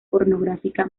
pornográfica